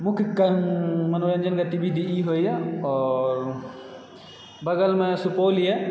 मुख्य मनोरञ्जन गतिविधि ई होइए आओर बगलमे सुपौल यऽ